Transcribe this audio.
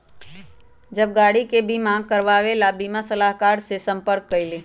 हम गाड़ी के बीमा करवावे ला बीमा सलाहकर से संपर्क कइली